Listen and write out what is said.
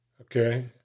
okay